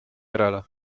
järele